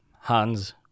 Hans